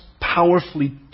powerfully